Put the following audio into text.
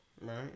Right